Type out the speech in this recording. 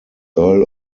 earl